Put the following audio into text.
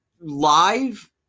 live